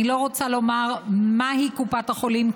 ואני לא רוצה לומר מהי קופת החולים,